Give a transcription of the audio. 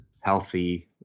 healthy